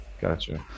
Gotcha